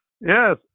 Yes